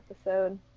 episode